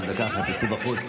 דקה אחת תצאי בחוץ.